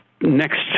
next